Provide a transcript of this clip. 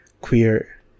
queer